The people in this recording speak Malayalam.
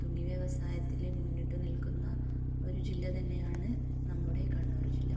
തുണി വ്യവസായത്തിൽ മുന്നിട്ട് നിൽക്കുന്ന ഒരു ജില്ല തന്നെ ആണ് നമ്മുടെ കണ്ണൂർ ജില്ല